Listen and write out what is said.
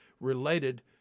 related